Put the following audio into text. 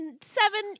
Seven